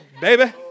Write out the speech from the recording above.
baby